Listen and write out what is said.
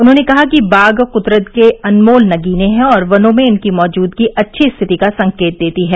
उन्होंने कहा कि बाघ कुदरत के अनमोल नगीने हैं और वनों में इनकी मौजूदगी अच्छी स्थिति का संकेत देती है